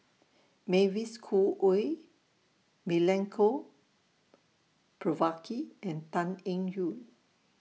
Mavis Khoo Oei Milenko Prvacki and Tan Eng Yoon